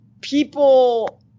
people